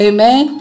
Amen